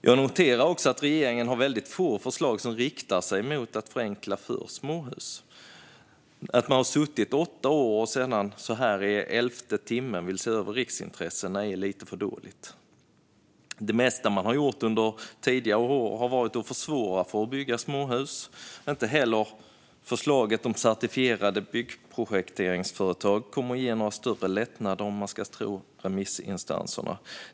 Jag noterar också att regeringen har väldigt få förslag som riktar sig mot att förenkla för småhus. Att man styrt i åtta år och sedan, så här i elfte timmen, vill se över riksintressena är lite för dåligt. Det mesta man har gjort under tidigare år är att försvåra för att bygga småhus. Inte heller förslaget om certifierade byggprojekteringsföretag kommer att ge några större lättnader, om man ska tro remissinstanserna.